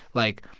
like,